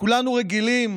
כולנו רגילים